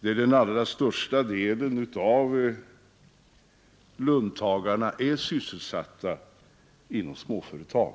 där den allra största delen av löntagarna är sysselsatta inom småföretag.